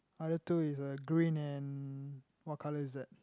other two is a green and what colour is that